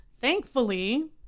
thankfully